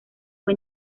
fue